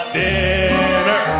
dinner